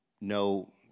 no